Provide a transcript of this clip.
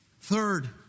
Third